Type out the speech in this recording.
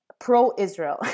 pro-israel